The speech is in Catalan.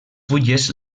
fulles